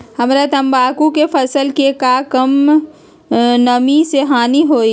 हमरा तंबाकू के फसल के का कम नमी से हानि होई?